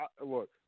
Look